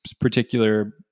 particular